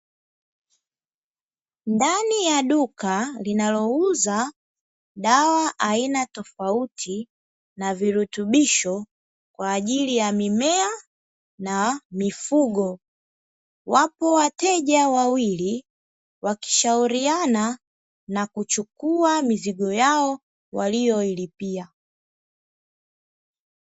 Ndani ya duka linalouza dawa aina tofauti na virutubisho kwa ajili ya mimea na mifugo, wapo wateja wawili wakishauriana na kuchukua mizigo yao waliyoilipia.